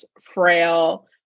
frail